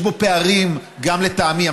יש בו פערים גם לטעמי.